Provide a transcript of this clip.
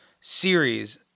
series